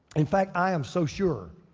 in fact, i am so sure,